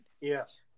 Yes